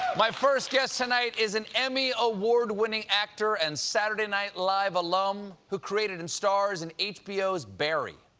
my first guest tonight is an emmy-award-winning actor and saturday night live alum who created and stars in hbo's barry.